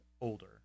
older